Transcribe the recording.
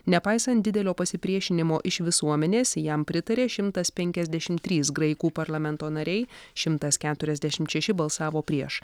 nepaisant didelio pasipriešinimo iš visuomenės jam pritarė šimtas penkiasdešim trys graikų parlamento nariai šimtas keturiasdešimt šeši balsavo prieš